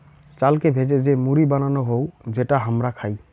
চালকে ভেজে যে মুড়ি বানানো হউ যেটা হামরা খাই